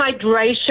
hydration